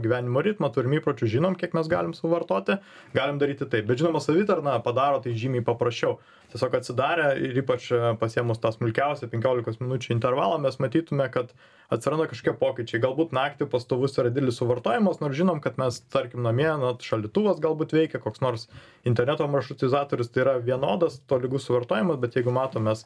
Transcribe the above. gyvenimo ritmą turim įpročių žinom kiek mes galim suvartoti galim daryti taip bet žinoma savitarna padaro tai žymiai paprasčiau tiesiog atsidarę ir ypač pasiėmus tą smulkiausią penkiolikos minučių intervalą mes matytume kad atsiranda kašokie pokyčiai galbūt naktį pastovus yra dielis suvartojamos nors žinom kad mes tarkim namie na šaldytuvas galbūt veikia koks nors interneto maršrutizatorius tai yra vienodas tolygus suvartojimas bet jeigu matom mes